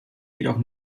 jedoch